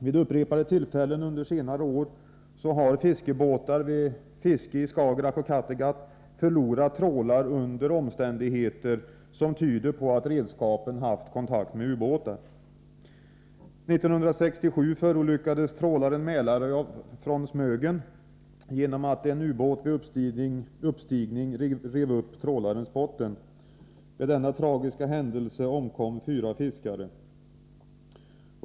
Vid upprepade tillfällen under senare år har fiskebåtar vid fiske i Skagerack och Kattegatt förlorat trålar under omständigheter som tyder på att redskapen haft kontakt med ubåtar. uppstigning rev upp trålarens botten. Vid denna tragiska händelse omkom fyra fiskare.